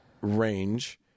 range